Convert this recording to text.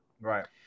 Right